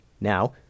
Now